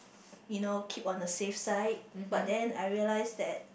you know keep on the safe side but then I realise that